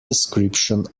description